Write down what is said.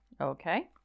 okay